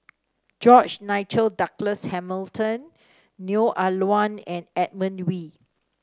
George Nigel Douglas Hamilton Neo Ah Luan and Edmund Wee